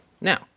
Now